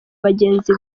bagenzi